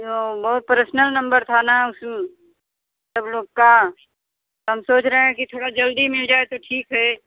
वो बहुत personal number था ना उसी में सब लोग का तो हम सोच रहे हैं कि थोड़ा जल्दी मिल जाए तो ठीक है